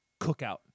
cookout